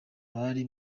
abari